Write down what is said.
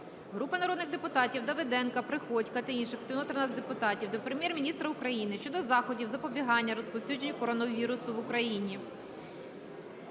Групи народних депутатів (Давиденка, Приходька та інших. Всього 13 депутатів) до Прем'єр-міністра України щодо заходів запобігання розповсюдженню коронавірусу в Україні.